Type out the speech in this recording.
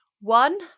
one